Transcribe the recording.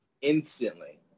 Instantly